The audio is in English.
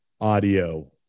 audio